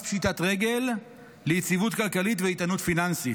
פשיטת רגל ליציבות כלכלית ואיתנות פיננסית.